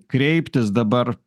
kreiptis dabar